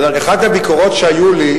אחת הביקורות שהיו לי,